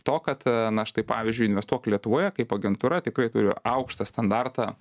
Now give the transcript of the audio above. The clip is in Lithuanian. to kad na štai pavyzdžiui investuok lietuvoje kaip agentūra tikrai turi aukštą standartą